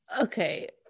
okay